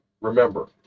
Remember